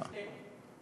שלושתנו.